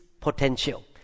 potential